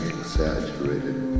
exaggerated